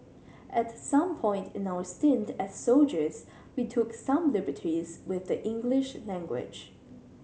at some point in our stint as soldiers we took some liberties with the English language